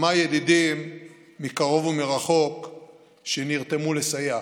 כמה ידידים מקרוב ומרחוק שנרתמו לסייע.